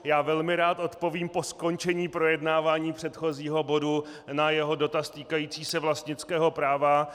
Já velmi rád odpovím po skončení projednávání předchozího bodu na jeho dotaz týkající se vlastnického práva.